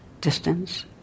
distance